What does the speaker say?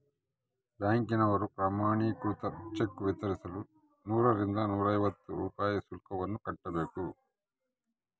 ಬ್ಯಾಂಕಿನವರು ಪ್ರಮಾಣೀಕೃತ ಚೆಕ್ ವಿತರಿಸಲು ನೂರರಿಂದ ನೂರೈವತ್ತು ರೂಪಾಯಿ ಶುಲ್ಕವನ್ನು ಕಟ್ಟಬೇಕು